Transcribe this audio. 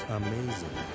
amazing